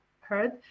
heard